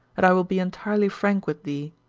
and i will be entirely frank with thee.